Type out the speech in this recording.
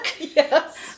Yes